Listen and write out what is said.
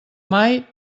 mai